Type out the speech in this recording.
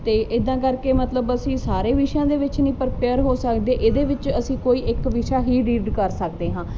ਅਤੇ ਇੱਦਾਂ ਕਰਕੇ ਮਤਲਬ ਅਸੀਂ ਸਾਰੇ ਵਿਸ਼ਿਆਂ ਦੇ ਵਿੱਚ ਨਹੀਂ ਪ੍ਰੀਪੇਅਰ ਹੋ ਸਕਦੇ ਇਹਦੇ ਵਿੱਚ ਅਸੀਂ ਕੋਈ ਇੱਕ ਵਿਸ਼ਾ ਹੀ ਰੀਡ ਕਰ ਸਕਦੇ ਹਾਂ